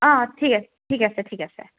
অঁ ঠিক আছে ঠিক আছে ঠিক আছে